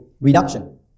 reduction